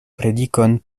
predikon